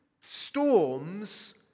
storms